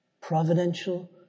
providential